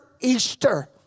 Easter